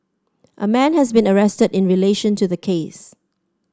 a man has been arrested in relation to the case